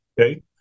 okay